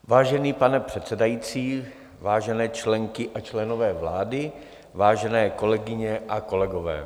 Vážený pane předsedající, vážené členky a členové vlády, vážené kolegyně a kolegové.